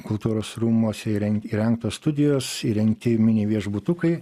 kultūros rūmuose įrengtos studijos įrengti mini viešbutukai